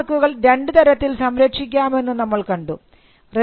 trade മാർക്കുകൾ രണ്ടുതരത്തിൽ സംരക്ഷിക്കാമെന്ന് നമ്മൾ കണ്ടു